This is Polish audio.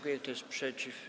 Kto jest przeciw?